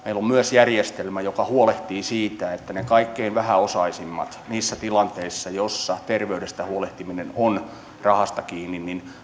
meillä on myös järjestelmä joka huolehtii siitä että ne kaikkein vähäosaisimmat niissä tilanteissa joissa terveydestä huolehtiminen on rahasta kiinni